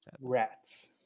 Rats